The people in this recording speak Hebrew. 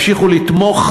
כדי שימשיכו לתמוך,